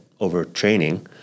overtraining